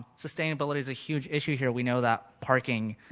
sustainability is a huge issue here. we now that parking